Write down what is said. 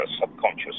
subconscious